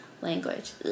language